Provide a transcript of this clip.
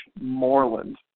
Moreland